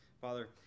Father